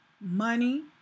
money